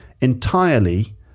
entirely